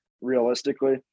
realistically